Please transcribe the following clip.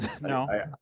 no